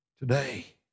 Today